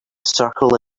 circle